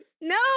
No